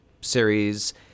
series